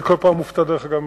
אני כל פעם מופתע מחדש.